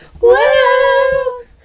Whoa